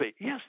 Yes